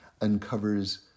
uncovers